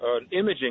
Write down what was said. imaging